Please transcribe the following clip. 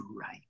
right